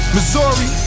Missouri